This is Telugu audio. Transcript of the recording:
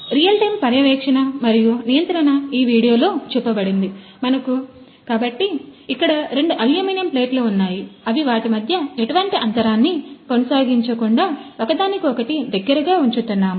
రియల్ టైమ్ పర్యవేక్షణ మరియు నియంత్రణ ఈ వీడియోలో చూపబడింది కాబట్టి మనకు ఇక్కడ రెండు అల్యూమినియం ప్లేట్లు ఉన్నాయి అవి వాటి మధ్య ఎటువంటి అంతరాన్ని కొనసాగించకుండా ఒకదానికొకటి దగ్గరగా ఉంచుతున్నాము